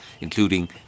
including